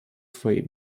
swej